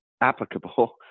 applicable